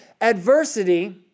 adversity